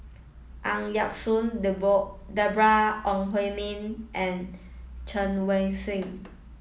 Ang Yau Choon Deborah Ong Hui Min and Chen Wen Hsi